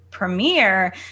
premiere